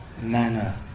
manner